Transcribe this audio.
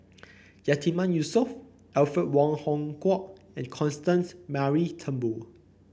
Yatiman Yusof Alfred Wong Hong Kwok and Constance Mary Turnbull